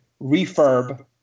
refurb